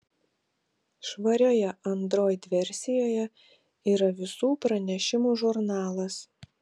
švarioje android versijoje yra visų pranešimų žurnalas